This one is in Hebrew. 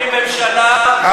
ממשלה,